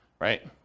right